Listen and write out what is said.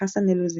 חסן אל לוזי.